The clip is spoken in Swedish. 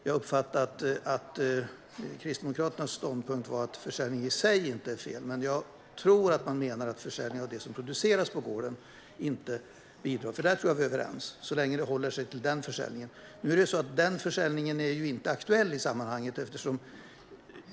Jag har uppfattat att Kristdemokraternas ståndpunkt är att försäljningen i sig inte är fel, men jag tror att man menar att försäljningen av det som produceras på gården inte bidrar. Där tror jag att vi är överens - så länge som det håller sig till denna försäljning. Nu är det dock så att denna försäljning inte är aktuell i sammanhanget.